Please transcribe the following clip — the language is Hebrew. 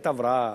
בית-הבראה,